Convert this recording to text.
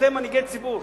אתם מנהיגי ציבור.